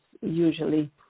usually